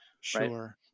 Sure